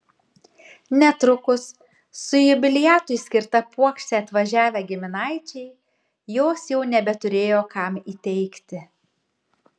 netrukus su jubiliatui skirta puokšte atvažiavę giminaičiai jos jau nebeturėjo kam įteikti